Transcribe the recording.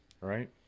Right